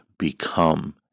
Become